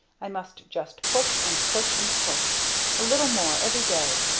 i must just push and push and push a little more every day.